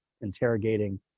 interrogating